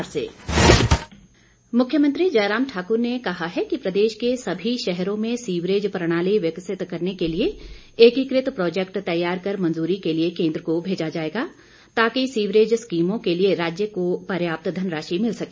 प्रश्नकाल मुख्यमंत्री जयराम ठाक्र ने कहा है कि प्रदेश के सभी शहरों में सीवरेज प्रणाली विकसित करने के लिए एकीकृत प्रोजेक्ट तैयार कर मंजूरी के लिए केंद्र को भेजा जाएगा ताकि सीवरेज स्कीमों के लिए राज्य को पर्याप्त धनराशि मिल सके